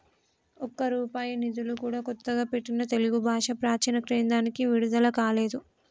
ఒక్క రూపాయి నిధులు కూడా కొత్తగా పెట్టిన తెలుగు భాషా ప్రాచీన కేంద్రానికి విడుదల కాలేదు